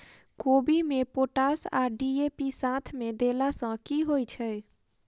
कोबी मे पोटाश आ डी.ए.पी साथ मे देला सऽ की होइ छै?